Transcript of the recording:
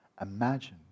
imagine